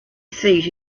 seat